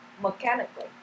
mechanically